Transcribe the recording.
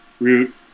root